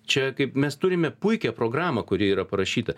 čia kaip mes turime puikią programą kuri yra parašyta